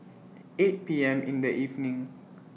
eight P M in The evening